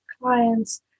clients